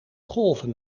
golven